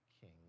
king